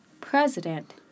President